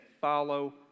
Follow